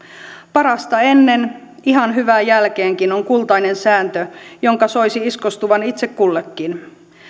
parasta ennen ihan hyvää jälkeenkin on kultainen sääntö jonka soisi iskostuvan itse kullekin